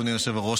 אדוני היושב-ראש,